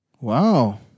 Wow